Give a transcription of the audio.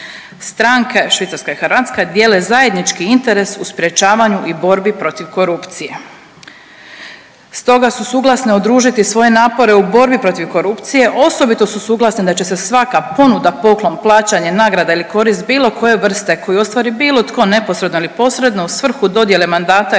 „Stranke Švicarska i Hrvatska dijele zajednički interes u sprječavanju i borbi protiv korupcije, stoga su suglasne udružiti svoje napore u borbi protiv korupcije, osobito su suglasne da će se svaka ponuda, poklon, plaćanje, nagrada ili korist bilo koje vrste koju ostvari bilo tko neposredno ili posredno u svrhu dodjele mandata ili